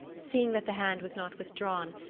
seeing that the hand was not withdrawn,